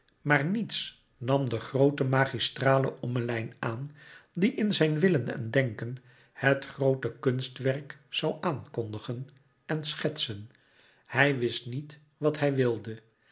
maar niets nam de groote magistrale ommelijn aan die in zijn willen en louis couperus metamorfoze denken het groote kunstwerk zoû aankondigen en schetsen hij wist niet wat hij wilde